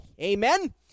Amen